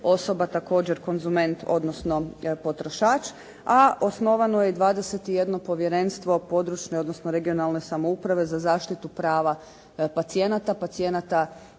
osoba također konzument, odnosno potrošač, a osnovano je 21 povjerenstvo područne, odnosno regionalne samouprave za zaštitu prava pacijenata,